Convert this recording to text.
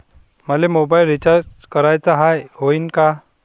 मले mobile recharge कराचा हाय, होईनं का?